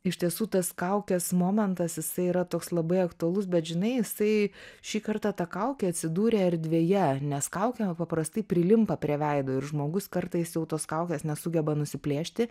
iš tiesų tas kaukės momentas jisai yra toks labai aktualus bet žinai jisai šį kartą ta kaukė atsidūrė erdvėje nes kaukė na paprastai prilimpa prie veido ir žmogus kartais jau tos kaukės nesugeba nusiplėšti